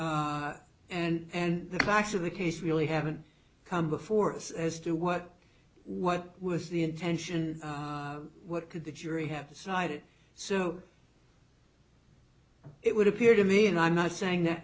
and the facts of the case really haven't come before us as to what what was the intention what could the jury have decided so it would appear to me and i'm not saying that